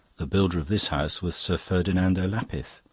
the builder of this house was sir ferdinando lapith,